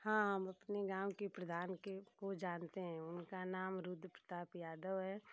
हाँ हम अपने गाँव के प्रधान के को जानते हैं उनका नाम रुद्र प्रताप यादव है